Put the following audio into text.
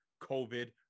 COVID